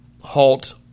halt